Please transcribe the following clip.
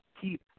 keep